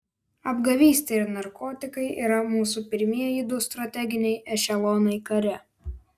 apgavystė ir narkotikai yra mūsų pirmieji du strateginiai ešelonai kare